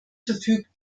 verfügt